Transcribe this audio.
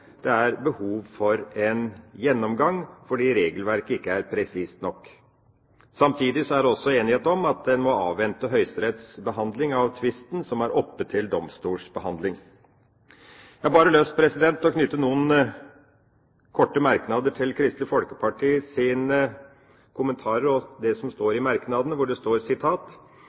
det er behov for en gjennomgang fordi regelverket ikke er presist nok. Samtidig er det også enighet om at en må avvente Høyesteretts behandling av tvisten som er oppe til domstolsbehandling. Jeg har lyst til å knytte noen korte merknader til Kristelig Folkepartis kommentarer og det som står i merknaden, der det står: